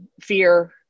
fear